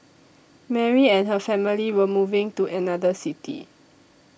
Mary and her family were moving to another city